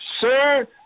Sir